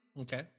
Okay